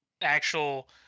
actual